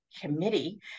committee